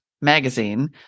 Magazine